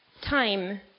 time